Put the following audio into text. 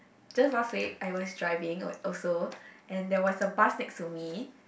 just last week I was driving also and there was a bus next to me